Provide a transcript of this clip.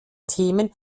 themen